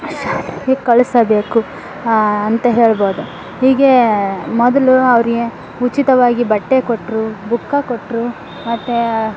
ಶಾಲೆಗೆ ಕಳಿಸಬೇಕು ಅಂತ ಹೇಳ್ಬೋದು ಹೀಗೇ ಮೊದಲು ಅವ್ರಿಗೆ ಉಚಿತವಾಗಿ ಬಟ್ಟೆ ಕೊಟ್ಟರು ಬುಕ್ಕ ಕೊಟ್ಟರು ಮತ್ತು